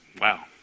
Wow